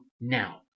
now